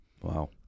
Wow